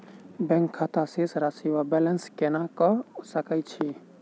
Bank खाता शेष राशि वा बैलेंस केना कऽ सकय छी?